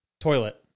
Toilet